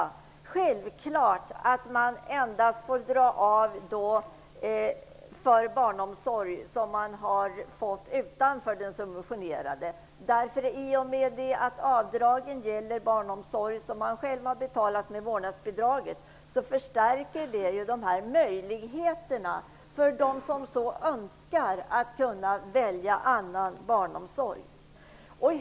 Det är självklart att man bara får dra av för barnomsorg som man har fått utanför den subventionerade. Eftersom avdragen gäller barnomsorg som man själv har betalat för med vårdnadsbidraget förstärker det möjligheten för dem som så önskar att kunna välja annan barnomsorg.